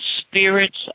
spirits